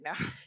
no